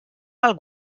mal